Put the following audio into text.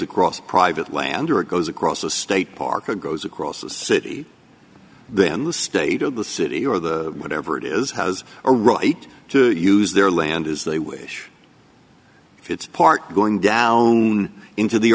across private land or it goes across a state park or goes across a city then the state of the city or the whatever it is has a right to use their land as they wish if it's part going down into the